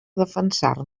defensar